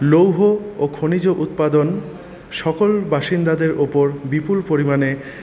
লৌহ ও খনিজ উৎপাদন সকল বাসিন্দাদের ওপর বিপুল পরিমাণে